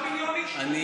אנחנו 9 מיליון איש פה,